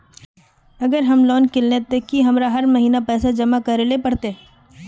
अगर हम लोन किनले ते की हमरा हर महीना पैसा जमा करे ले पड़ते?